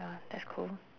uh that's cool